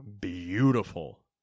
beautiful